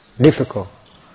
difficult